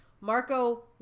Marco